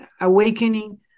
Awakening